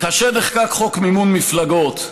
כאשר נחקק חוק מימון מפלגות,